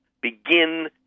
begin